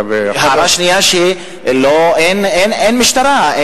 ההערה השנייה היא שאין משטרה,